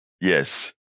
Yes